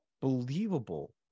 believable